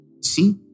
See